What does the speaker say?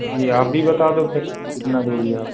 जी आप भी बता दो फिर कितना दोगी आप